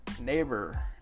Neighbor